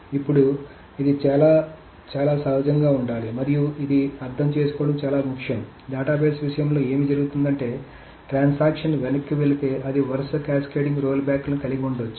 ఇప్పుడు ఇది చాలా చాలా సహజంగా ఉండాలి మరియు ఇది అర్థం చేసుకోవడం చాలా ముఖ్యం డేటాబేస్ విషయంలో ఏమి జరుగుతుందంటే ట్రాన్సాక్షన్ వెనక్కి వెళితే అది వరుస క్యాస్కేడింగ్ రోల్బ్యాక్లను కలిగి ఉండవచ్చు